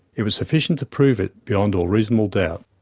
it was sufficient to prove it beyond all reasonable doubt.